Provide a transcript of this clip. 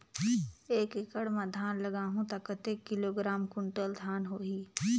एक एकड़ मां धान लगाहु ता कतेक किलोग्राम कुंटल धान होही?